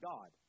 God